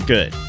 Good